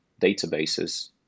databases